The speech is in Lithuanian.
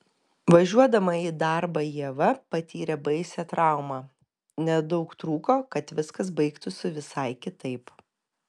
važiuodama į darbą ieva patyrė baisią traumą nedaug trūko kad viskas baigtųsi visai kitaip